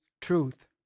truth